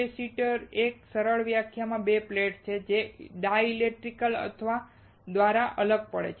કેપેસિટરની એક સરળ વ્યાખ્યા એ 2 પ્લેટો છે જે ડાઇઇલેક્ટ્રિક અથવા હવા દ્વારા અલગ પડે છે